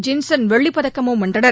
ஜின்சன் வெள்ளிப்பதக்கமும் வென்றனர்